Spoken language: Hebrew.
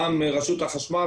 גם רשות החשמל,